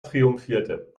triumphierte